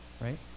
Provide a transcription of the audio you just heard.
right